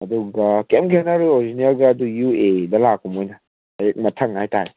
ꯑꯗꯨꯝꯕ ꯀꯩꯝ ꯈꯦꯠꯅꯔꯣꯏ ꯑꯣꯔꯤꯖꯤꯅꯦꯜꯒ ꯑꯗꯨꯏ ꯌꯨ ꯑꯦꯗ ꯂꯥꯛꯄ ꯃꯣꯏꯅ ꯍꯦꯛ ꯃꯊꯪ ꯍꯥꯏꯇꯥꯔꯦ